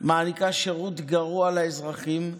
מעניקה שירות גרוע לאזרחים,